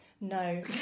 No